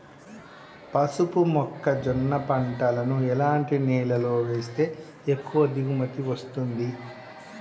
పసుపు మొక్క జొన్న పంటలను ఎలాంటి నేలలో వేస్తే ఎక్కువ దిగుమతి వస్తుంది?